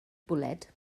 bwled